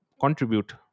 contribute